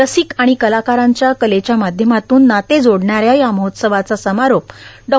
रसिक आणि कलाकारांच्या कलेच्या माध्यमातून नाते जोडणाऱ्या या महोत्सवाचा समारोप डॉ